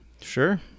Sure